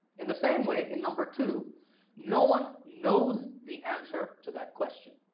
in the same way in number two no one knows the answer to that question.